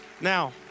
Now